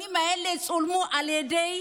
הסרטונים האלה צולמו על ידי